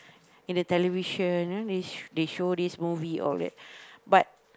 in the television ah they they show this movie all that but